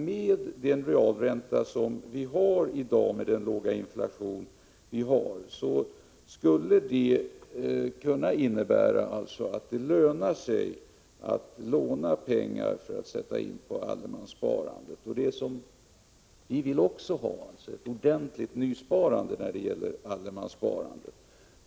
Med den realränta som gäller i dag och med den låga inflation vi har skulle det löna sig att låna pengar för att sätta in dessa på allemanssparandet. Vi vill också ha ett ordentligt nysparande inom allemanssparandet.